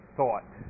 thought